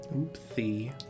Oopsie